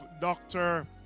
Dr